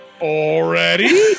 already